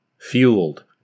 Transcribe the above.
fueled